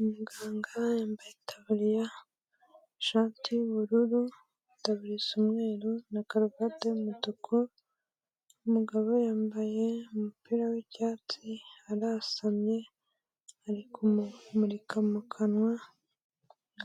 Umuganga yambaye itaburiya, ishati y'ubururu. Itaburiya isa umweru na karuvati y'umutuku. Umugabo yambaye umupira w'icyatsi, arasamye ari kumumurika mu kanwa